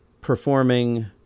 performing